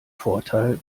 vorteil